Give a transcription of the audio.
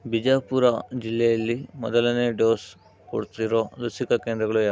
ಬಿಜಾಪುರ ಜಿಲ್ಲೆಯಲ್ಲಿ ಮೊದಲನೇ ಡೋಸ್ ಕೊಡ್ತಿರೋ ಲಸಿಕಾ ಕೇಂದ್ರಗಳು ಯಾವು